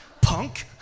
Punk